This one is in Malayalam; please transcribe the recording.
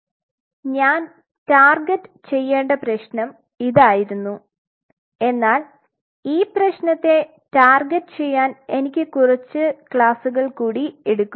അതിനാൽ ഞാൻ ടാർഗെറ്റുചെയ്യേണ്ട പ്രശ്നം ഇതായിരുന്നു എന്നാൽ ഈ പ്രശ്നത്തെ ടാർഗെറ്റുചെയ്യാൻ എനിക്ക് കുറച്ച് ക്ലാസുകൾ കൂടി എടുക്കും